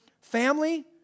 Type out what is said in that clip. family